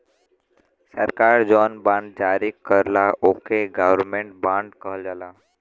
सरकार जौन बॉन्ड जारी करला ओके गवर्नमेंट बॉन्ड कहल जाला